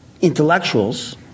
intellectuals